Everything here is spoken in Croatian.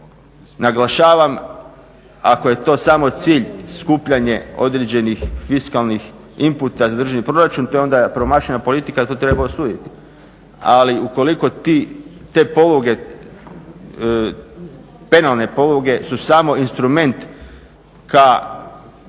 Naglašavam ako je to samo cilj skupljanje određenih fiskalnih inputa za državni proračun, to je onda promašena politika, to treba osuditi. Ali ukoliko te poluge, penalne poluge su samo instrument ka